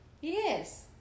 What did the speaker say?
Yes